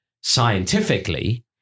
scientifically